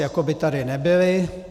Jako by tady nebyli.